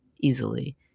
easily